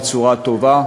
בצורה טובה,